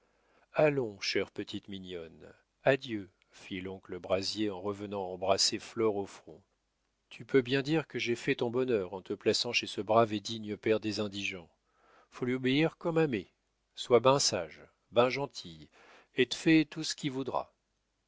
allons chère petite mignonne adieu fit l'oncle brazier en revenant embrasser flore au front tu peux bien dire que j'ai fè ton bonheur en te plaçant chez ce brave et digne père des indigents faut lui obéir coume à mé sois ben sage ben gentille et fè tout ce qui voudra